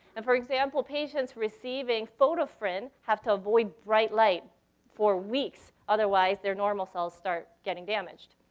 and, for example, patients receiving photofrin have to avoid bright light for weeks. otherwise, their normal cells start getting damaged.